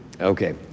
Okay